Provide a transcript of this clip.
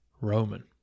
Roman